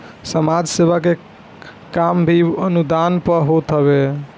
समाज सेवा के काम भी अनुदाने पअ होत हवे